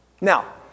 Now